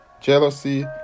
jealousy